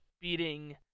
beating